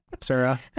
sarah